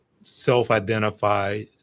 self-identify